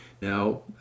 now